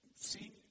See